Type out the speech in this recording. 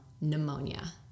pneumonia